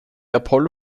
apollo